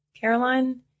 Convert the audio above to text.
Caroline